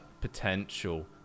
Potential